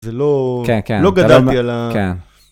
זה לא, כן כן, לא גדלתי עליו.כן